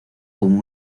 como